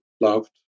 loved